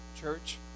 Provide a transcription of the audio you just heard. church